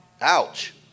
Ouch